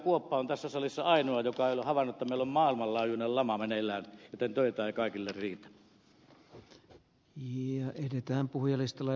kuoppa on tässä salissa ainoa joka ei ole havainnut että meillä on maailmanlaajuinen lama meneillään joten töitä ei kaikille riitä